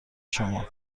شمار